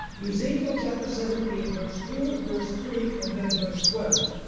ezekiel chapter seventeen verse two, verse three, and then verse twelve.